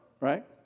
right